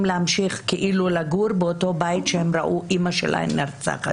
להמשיך לגור באותו בית שבו אימא שלהם נרצחה,